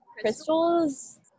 crystals